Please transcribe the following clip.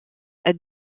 elle